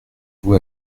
vous